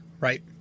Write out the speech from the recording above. right